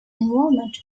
involvement